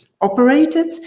operated